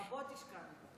רבות השקענו.